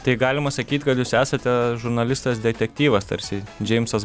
tai galima sakyt kad jūs esate žurnalistas detektyvas tarsi džeimsas